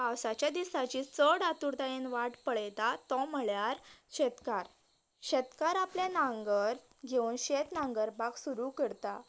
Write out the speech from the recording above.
पावसाच्या दिसाची चड आतुरतायेन वाट पळयता तो म्हळ्यार शेतकार शेतकार आपले नांगर घेवन शेत नांगरपाक सुरू करता